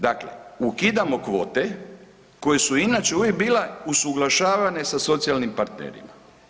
Dakle, ukidamo kvote koje su inače uvijek bila usuglašavane sa socijalnim partnerima.